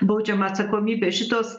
baudžiama atsakomybė šitos